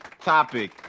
topic